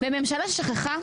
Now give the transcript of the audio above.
והממשלה שכחה,